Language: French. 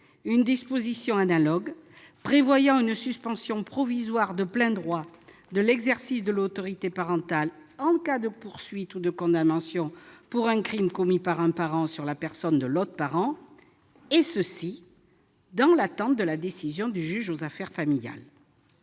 une disposition analogue, qui prévoit la suspension de plein droit de l'exercice de l'autorité parentale en cas de poursuites ou de condamnation pour un crime commis par un parent sur la personne de l'autre parent, et ce dans l'attente de la décision du juge aux affaires familiales.